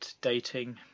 dating